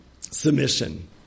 submission